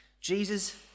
Jesus